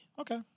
Okay